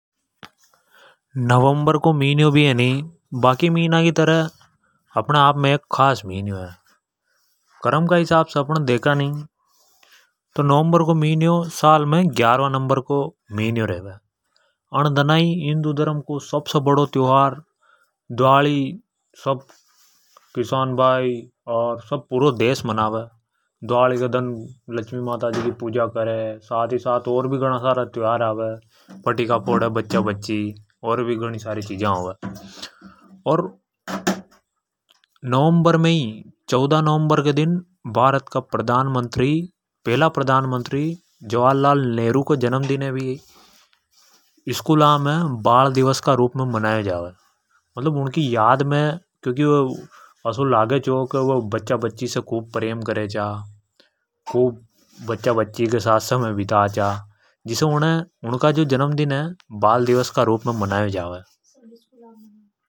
﻿नवंबर को जो मिन्यो भी है नि बाकी मिन्यो की तरह ही अपने आप में खास है। अनि य जो है नि करम का हिसाब से देखा तो नवंबर को मिन्यो साल में ग्यारा नंबर को मिन्यो रेवे। अन दना ही हिन्दु धर् को सबसे बड़ो त्यौहार दवाली सब किसान भाई अर सब पूरो देश मनावे। दवाली के दन लक्ष्मी माता जी की पूजा करें। साथ ही साथ और भी गणा सारा त्योहार आवे। फटीका फोडे बच्चा बच्ची। अर नवंबर में ही चौदह नवंबर के दन भारत का प्रधानमंत्री पहला प्रधानमंत्री जवाहरलाल नेहरू को जन्मदिन है भी स्कूला में बाल दिवस का रूप में मनायो जावे। मतलब उनकी याद में, वे जो बच्चा बच्ची से खूब प्रेम करेचा खूब बच्चा बच्ची के साथ समय बिता चा। तो जिसे उनका जन्मदिन है बाल दिवस का रूप में मना यो जावे।